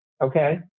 okay